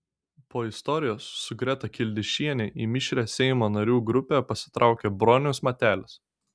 po istorijos su greta kildišiene į mišrią seimo narių grupę pasitraukė bronius matelis